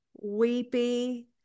weepy